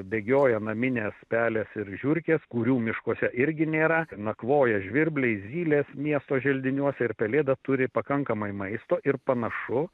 bėgioja naminės pelės ir žiurkės kurių miškuose irgi nėra nakvoja žvirbliai zylės miesto želdiniuose ir pelėda turi pakankamai maisto ir panašu